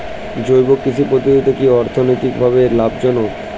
জৈব কৃষি পদ্ধতি কি অর্থনৈতিকভাবে লাভজনক?